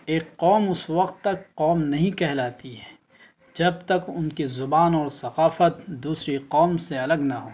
ایک قوم اس وقت تک قوم نہیں کہلاتی ہے جب تک ان کی زبان اور ثقافت دوسری قوم سے الگ نہ ہو